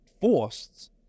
forced